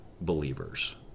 believers